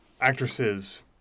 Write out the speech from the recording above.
Actresses